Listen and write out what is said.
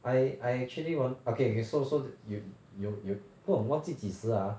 I I actually want okay okay so so you you you 不懂忘记几时 ah